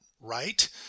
right